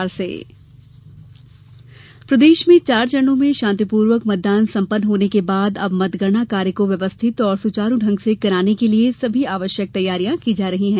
मतगणना तैयारी प्रदेश में चार चरणों में शान्तिपूर्वक मतदान संपन्न होने के बाद अब मतगणना कार्य को व्यवस्थित और सुचारू ढंग से संपन्न कराने के लिये सभी आवश्यक तैयारियां की जा रही हैं